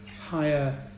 higher